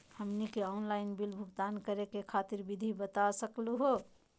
हमनी के online bill भुगतान करे खातीर विधि बता सकलघ हो?